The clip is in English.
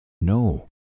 no